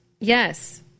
Yes